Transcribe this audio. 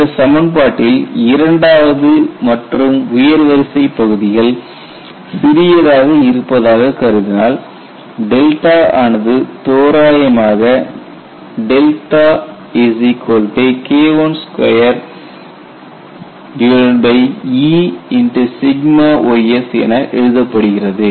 இந்த சமன்பாட்டில் இரண்டாவது மற்றும் உயர் வரிசை பகுதிகள் சிறியதாக இருப்பதாக கருதினால் ஆனது தோராயமாக K12Eys என எழுதப்படுகிறது